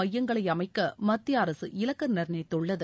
மையங்களைஅமைக்கமத்தியஅரசு இலக்குநிர்ணயித்துள்ளது